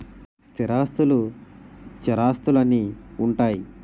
స్థిరాస్తులు చరాస్తులు అని ఉంటాయి